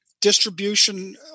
distribution